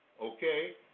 okay